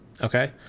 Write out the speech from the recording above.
Okay